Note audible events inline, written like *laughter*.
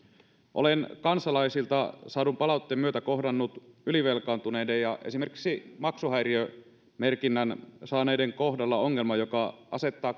olen kansalaisilta saadun palautteen myötä kohdannut ylivelkaantuneiden ja esimerkiksi maksuhäiriömerkinnän saaneiden kohdalla ongelman joka asettaa *unintelligible*